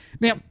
Now